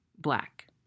Black